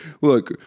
Look